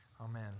Amen